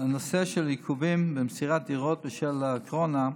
בנושא של עיכובים במסירת דירות בשל הקורונה,